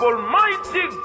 Almighty